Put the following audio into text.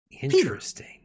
interesting